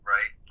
Right